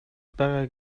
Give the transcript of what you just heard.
байгаа